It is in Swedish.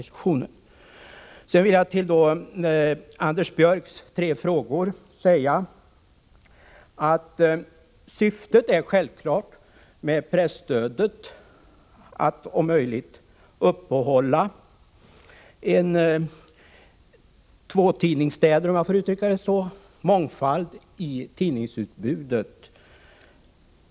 Som svar på Anders Björcks tre frågor vill jag säga att syftet med presstödet självfallet är att om möjligt uppehålla tvåtidningsstäder, om jag får uttrycka mig så — att upprätthålla en mångfald i tidningsutbudet.